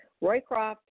Roycroft